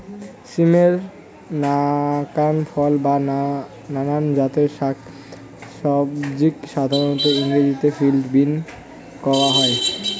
সিমের নাকান ফল বা নানান জাতের সবজিক সাধারণত ইংরাজিত ফিল্ড বীন কওয়া হয়